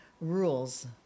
rules